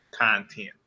Content